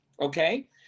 Okay